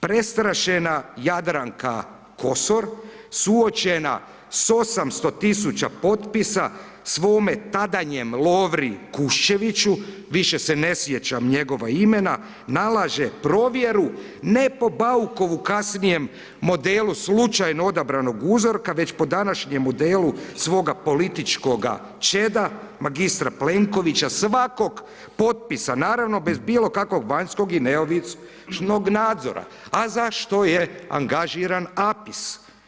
Prestrašena Jadranka Kosor suočena s 800 tisuća potpisa svome tadanjem Lovi Kušćeviću više se ne sjećam njegova imena nalaže provjeru ne po Baukovom kasnije modelu slučajno odabranog uzorka već po današnjem modelu svoga političkoga čeda magistra Plenkovića svakog potpisa, naravno bez bilo kakvog vanjskog i neovisnog nadzora, a za što je angažiran APIS.